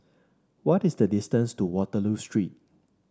what is the distance to Waterloo Street